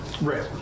Right